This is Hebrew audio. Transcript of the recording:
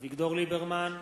אביגדור ליברמן,